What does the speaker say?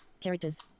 characters